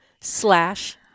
slash